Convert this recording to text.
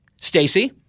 Stacey